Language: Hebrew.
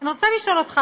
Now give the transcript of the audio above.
אני רוצה לשאול אותך,